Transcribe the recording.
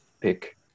pick